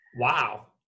Wow